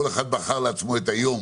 כל אחד בחר לעצמו את היום